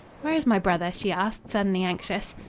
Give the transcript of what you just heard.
where is my brother? she asked, suddenly anxious.